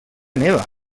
meva